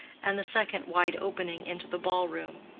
and the second wide opening into the ball-room.